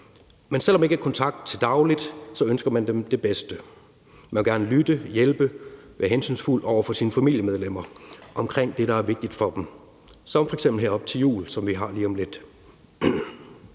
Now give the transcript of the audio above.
Men selv om der ikke er kontakt til daglig, ønsker man dem det bedste. Man vil gerne lytte, hjælpe og være hensynsfuld over for sine familiemedlemmer i forhold til det, der er vigtigt for dem, f.eks. her op til jul, som vi har lige om lidt.